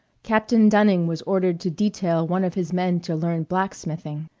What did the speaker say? captain dunning was ordered to detail one of his men to learn blacksmithing.